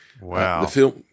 Wow